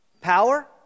Power